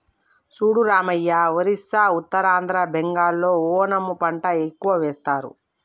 చూడు రామయ్య ఒరిస్సా ఉత్తరాంధ్ర బెంగాల్లో ఓనము పంట ఎక్కువ వేస్తారు